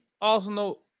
Arsenal